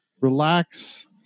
relax